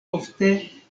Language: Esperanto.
ofte